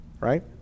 right